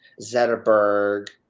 Zetterberg